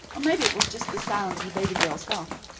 or maybe it was just the sound of the baby girl's laugh,